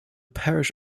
parish